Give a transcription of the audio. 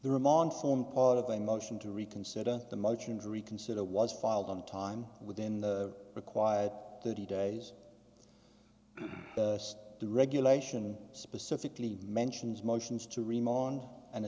form part of a motion to reconsider the motion to reconsider was filed on time within the required thirty days the regulation specifically mentions motions to remonde and